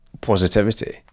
positivity